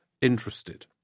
interested